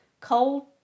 Cold